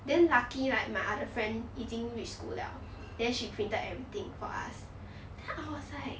then lucky like my other friend 已经 reach school liao then she printed everything for us 她 I was like